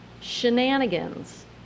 shenanigans